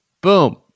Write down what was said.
Boom